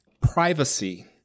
privacy